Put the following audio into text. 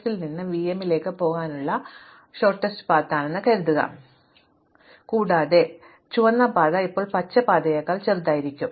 S ൽ നിന്ന് v m ലേക്ക് പോകാനുള്ള ഹ്രസ്വ മാർഗ്ഗം എന്ന് കരുതുക അപ്പോൾ എനിക്ക് ഇതും ഇതും എടുക്കാം കൂടാതെ ചുവന്ന പാത ഇപ്പോൾ പച്ച പാതയേക്കാൾ ചെറുതായിരിക്കും